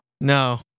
No